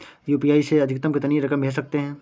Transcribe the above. UPI से अधिकतम कितनी रकम भेज सकते हैं?